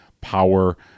power